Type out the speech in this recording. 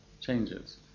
changes